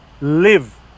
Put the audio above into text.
live